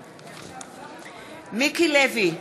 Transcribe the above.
בעד מיקי לוי,